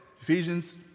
Ephesians